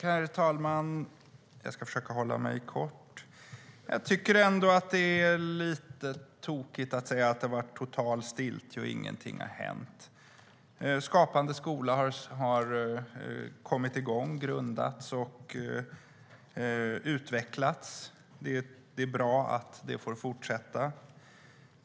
Herr talman! Jag ska försöka hålla mig kort. Jag tycker ändå att det är lite tokigt att säga att det har varit total stiltje och att ingenting har hänt. Skapande skola har grundats, kommit igång och utvecklats. Det är bra att det får fortsätta.